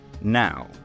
Now